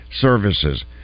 services